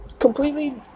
completely